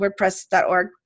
wordpress.org